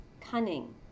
cunning